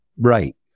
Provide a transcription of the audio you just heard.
right